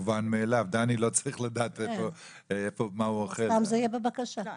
מובן מאליו, דני לא צריך לדעת, שזה יהיה בבקשה.